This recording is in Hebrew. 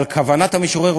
אבל כוונת המשורר,